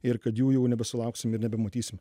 ir kad jų jau nebesulauksim ir nebematysime